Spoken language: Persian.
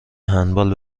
هندبال